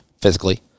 physically